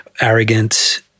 arrogant